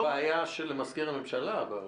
זו בעיה של מזכיר הממשלה.